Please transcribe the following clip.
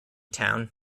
town